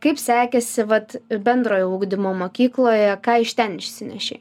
kaip sekėsi vat ir bendrojo ugdymo mokykloje ką iš ten išsinešei